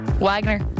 Wagner